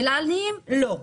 ולעניים לא.